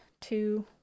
two